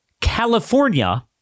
California